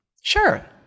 Sure